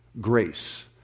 grace